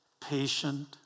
patient